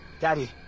Daddy